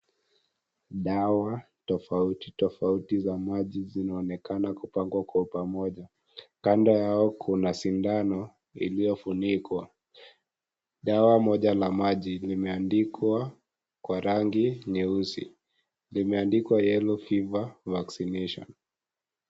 Dawa tofauti tofauti za maji zinaonekana kupangwa kwa pamoja. Kando yao kuna sindano iliyofunikwa. Dawa moja la maji limeandikwa kwa rangi nyeusi. Limeandikwa " yellow fever vaccination ".